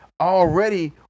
already